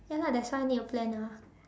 ya lah that's why need to plan ah